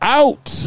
out